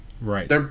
Right